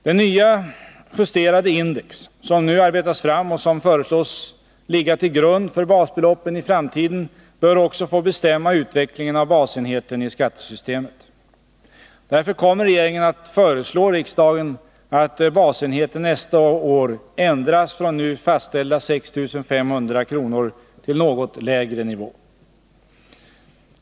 Det nya justerade index som nu arbetas fram och som föreslås ligga till grund för basbeloppen i framtiden bör också få bestämma utvecklingen av basenheten i skattesystemet. Därför kommer regeringen att föreslå riksdagen att basenheten nästa år ändras från nu fastställda 6 500 kr. till något lägre nivå.